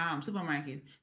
supermarket